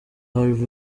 harvey